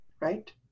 Right